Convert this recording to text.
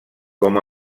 com